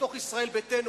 ומתוך ישראל ביתנו,